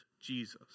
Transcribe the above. Jesus